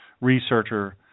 researcher